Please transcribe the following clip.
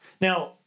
Now